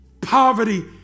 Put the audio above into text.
Poverty